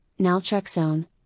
naltrexone